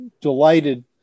delighted